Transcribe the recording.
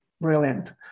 brilliant